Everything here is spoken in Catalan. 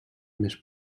més